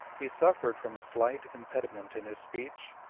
he suffered from a slight impediment in his speech,